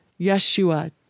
Yeshua